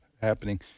happening